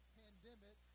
pandemic